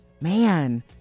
Man